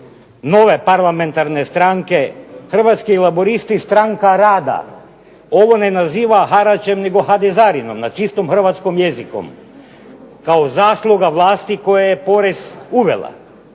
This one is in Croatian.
nove parlamentarne stranke Hrvatski laburisti Stranka rada ovo ne naziva haračem nego hadezarinom na čistom hrvatskom jeziku, kao zasluga vlasti koja je porez uvela.